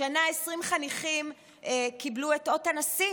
השנה 20 חניכים קיבלו את אות הנשיא